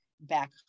back